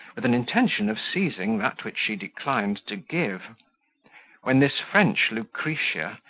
with an intention of seizing that which she declined to give when this french lucretia,